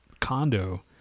condo